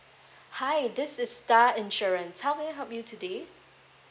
hi this is star insurance how may I help you today